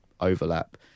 overlap